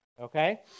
okay